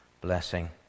blessing